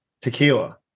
tequila